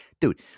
Dude